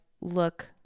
look